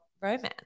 romance